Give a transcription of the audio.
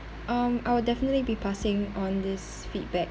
um I'll definitely be passing on this feedback